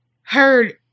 heard